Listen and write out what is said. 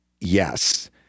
Yes